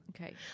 Okay